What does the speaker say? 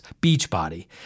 Beachbody